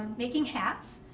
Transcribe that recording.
making hats,